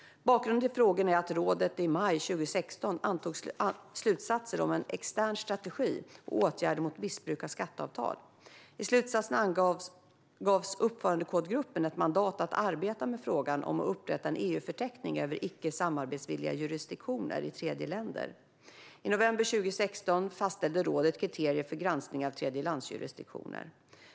Bakgrunden till frågorna är att rådet i maj 2016 antog slutsatser om en extern strategi och åtgärder mot missbruk av skatteavtal. I slutsatserna gavs uppförandekodgruppen ett mandat att arbeta med frågan om att upprätta en EU-förteckning över icke samarbetsvilliga jurisdiktioner i tredjeländer. I november 2016 fastställde rådet kriterier för granskning av tredjelandsjurisdiktioner.